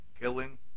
killing